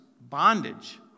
Bondage